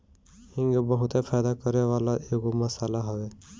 हिंग बहुते फायदा करेवाला एगो मसाला हवे